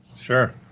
Sure